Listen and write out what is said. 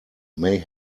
may